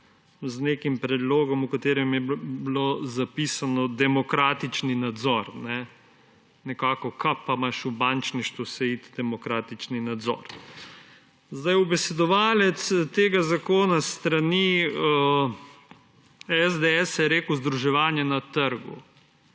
z nekim predlogom, v katerem je bilo zapisano »demokratični nadzor«, češ, kaj pa imaš v bančništvu se iti demokratični nadzor. Ubesedovalec tega zakona s strani SDS je rekel združevanje na trgu.